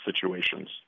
situations